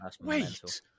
Wait